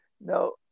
No